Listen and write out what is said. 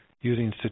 using